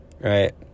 right